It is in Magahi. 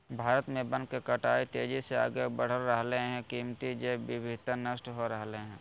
भारत में वन के कटाई तेजी से आगे बढ़ रहल हई, कीमती जैव विविधता नष्ट हो रहल हई